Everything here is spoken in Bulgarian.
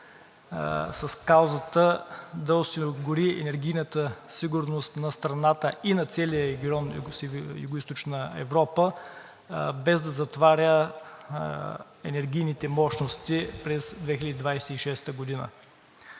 с каузата да осигури енергийната сигурност на страната и на целия регион – Югоизточна Европа, без да затваря енергийните мощности през 2026 г.